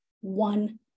one